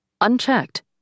Unchecked